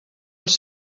els